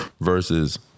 versus